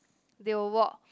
they will walk